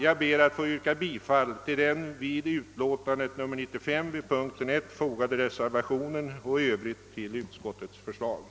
Jag ber att få yrka bifall till den vid statsutskottets utlåtande nr 95, p. 1, fogade reservationen 1 av herr Virgin m.fl. och i övrigt till vad utskottet hemställt.